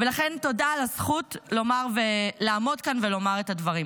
ולכן תודה על הזכות לעמוד כאן ולומר את הדברים.